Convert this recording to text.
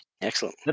Excellent